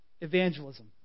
Evangelism